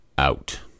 Out